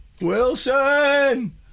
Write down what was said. Wilson